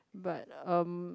but um